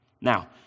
Now